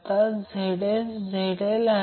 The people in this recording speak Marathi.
तर हे ∆ कनेक्टेड लोड आहे